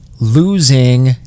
Losing